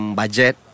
budget